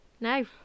No